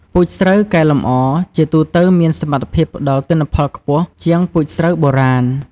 ពូជស្រូវកែលម្អជាទូទៅមានសមត្ថភាពផ្ដល់ទិន្នផលខ្ពស់ជាងពូជស្រូវបុរាណ។